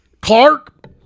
Clark